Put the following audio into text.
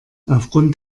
aufgrund